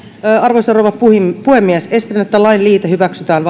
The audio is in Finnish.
arvoisa rouva puhemies esitän että lain liite hyväksytään